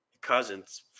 cousins